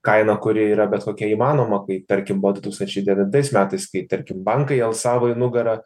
kainą kuri yra bet kokia įmanoma kai tarkim buvo du tūkstančiai devintais metais kai tarkim bankai alsavo į nugarą